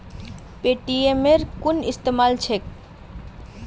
पेटीएमेर कुन इस्तमाल छेक